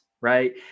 right